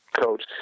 coach